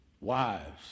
Wives